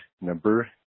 number